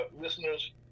listeners